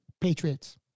Patriots